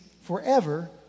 forever